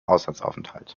auslandsaufenthalt